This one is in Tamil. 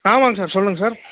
ஆமாங்க சார் சொல்லுங்கள் சார்